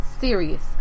serious